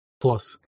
Plus